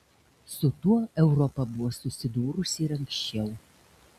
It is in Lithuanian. su tuo europa buvo susidūrusi ir anksčiau